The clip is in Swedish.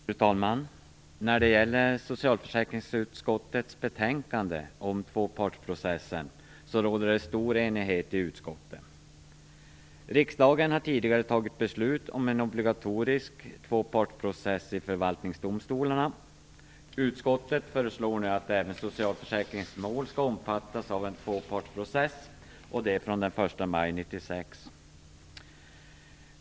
Fru talman! När det gäller socialförsäkringsutskottets betänkande om tvåpartsprocessen råder det stor enighet i utskottet. Riksdagen har tidigare fattat beslut om en obligatorisk tvåpartsprocess i förvaltningsdomstolarna. Utskottet föreslår nu att även socialförsäkringsmål skall omfattas av en tvåpartsprocess, från den 1 maj 1996.